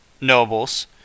nobles